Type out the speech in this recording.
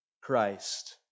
Christ